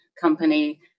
company